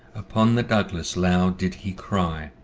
upon the douglas loud did he cry,